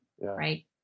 right